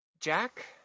Jack